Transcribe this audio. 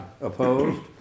Opposed